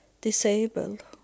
disabled